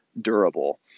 durable